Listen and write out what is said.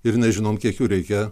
ir nežinom kiek jų reikia